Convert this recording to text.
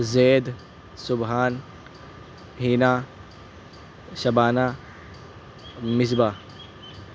Zaid Subhan Hina Shabana Musabbah